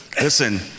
Listen